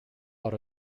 out